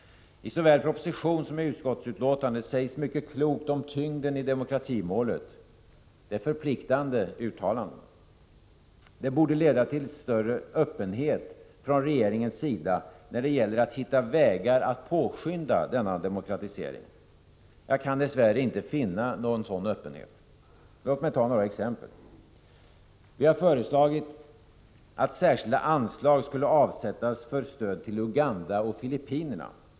I såväl propositionen som i utskottets betänkande sägs mycket klokt om tyngden i demokratimålet. Det är förpliktande uttalanden. Det borde leda till stor öppenhet från regeringens sida när det gäller att hitta vägar att påskynda demokratiseringen. Jag kan dess värre inte finna någon sådan öppenhet. Låt mig ta några exempel: Vi har föreslagit att särskilda anslag avsätts för stöd till Uganda och Filippinerna.